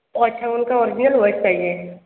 ओह अच्छा उनका original voice चाहिए